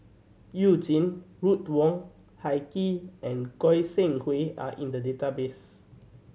You Jin Ruth Wong Hie King and Goi Seng Hui are in the database